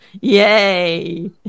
Yay